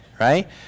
right